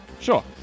Sure